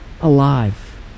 alive